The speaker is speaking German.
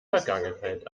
vergangenheit